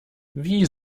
wie